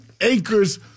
acres